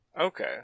Okay